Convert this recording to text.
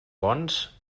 bons